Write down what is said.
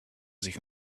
sich